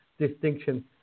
distinction